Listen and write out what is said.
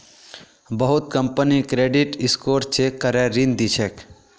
बहुत company credit score check करे ऋण दी छेक